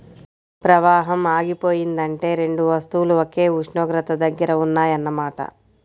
ప్రవాహం ఆగిపోయిందంటే రెండు వస్తువులు ఒకే ఉష్ణోగ్రత దగ్గర ఉన్నాయన్న మాట